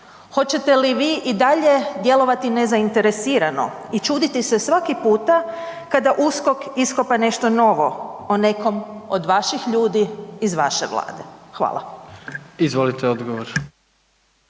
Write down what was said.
Hoćete li i vi dalje djelovati nezainteresirano i čuditi se svaki puta kada USKOK iskopa nešto novo o nekom od vaših ljudi iz vaše Vlade? Hvala. **Jandroković,